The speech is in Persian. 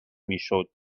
میشد